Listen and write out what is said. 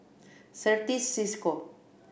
Certis Cisco